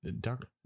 dark